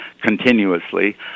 continuously